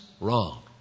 Wrong